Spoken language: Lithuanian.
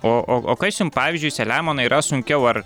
o o o kas jum pavyzdžiui selemonai yra sunkiau ar